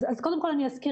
אז קודם כל אני אזכיר,